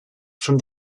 from